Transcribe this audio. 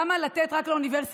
למה לתת רק לאוניברסיטה?